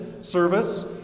service